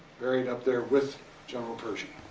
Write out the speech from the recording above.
buried up there with general pershing.